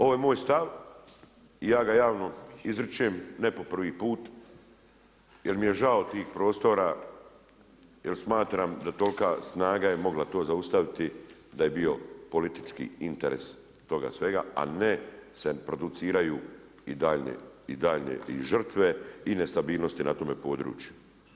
Ovo je moj stav i ja ga javno izričem ne po prvi put, jer mi je žao tih prostora, jer smatram da tolika snaga je mogla to zaustaviti da je bio politički interes toga svega, a ne se produciraju i dalje i žrtve i nestabilnosti na tome području.